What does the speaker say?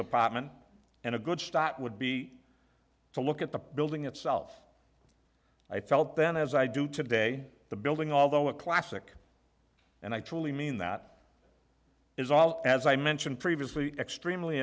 department and a good start would be to look at the building itself i felt then as i do today the building although a classic and i truly mean that is all as i mentioned previously extremely